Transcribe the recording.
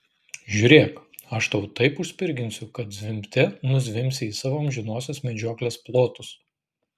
žiūrėk aš tau taip užspirginsiu kad zvimbte nuzvimbsi į savo amžinosios medžioklės plotus